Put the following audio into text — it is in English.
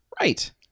Right